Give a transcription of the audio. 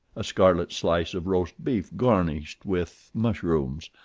a scarlet slice of roast beef garnished with mushrooms,